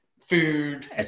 food